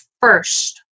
first